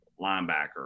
linebacker